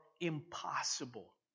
impossible